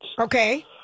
Okay